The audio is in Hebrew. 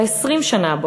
ל-20 שנה הבאות,